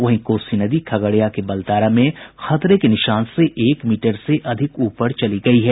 वहीं कोसी नदी खगड़िया के बलतारा में खतरे के निशान से एक मीटर से अधिक ऊपर चली गयी है